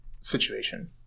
situation